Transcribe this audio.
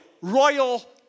royal